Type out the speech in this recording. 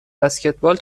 بسکتبال